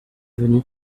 venu